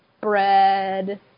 bread